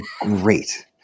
great